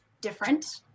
different